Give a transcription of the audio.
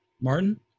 Martin